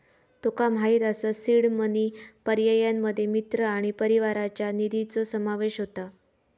तुका माहित असा seed money पर्यायांमध्ये मित्र आणि परिवाराच्या निधीचो समावेश होता